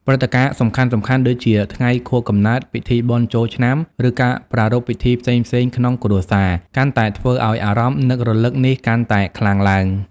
ព្រឹត្តិការណ៍សំខាន់ៗដូចជា ថ្ងៃខួបកំណើត ពិធីបុណ្យចូលឆ្នាំ ឬការប្រារព្ធពិធីផ្សេងៗក្នុងគ្រួសារ កាន់តែធ្វើឱ្យអារម្មណ៍នឹករលឹកនេះកាន់តែខ្លាំងឡើង។